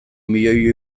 milioi